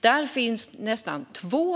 Där finns nästan 2